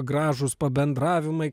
gražūs pabendravimai